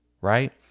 right